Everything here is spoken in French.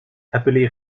appelé